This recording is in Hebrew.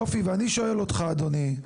יופי, ואני שואל אותך, אדוני,